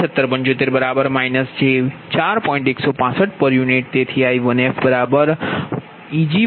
તેથી I1fEg10 V1f j0